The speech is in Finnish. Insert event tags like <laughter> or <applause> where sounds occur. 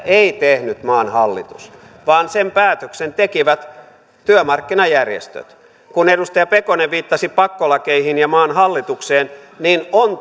ei tehnyt maan hallitus vaan sen päätöksen tekivät työmarkkinajärjestöt kun edustaja pekonen viittasi pakkolakeihin ja maan hallitukseen niin on <unintelligible>